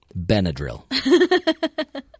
Benadryl